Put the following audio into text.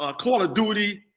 ah call of duty,